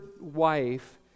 wife